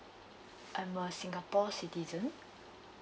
I'm a singapore citizen